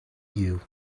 you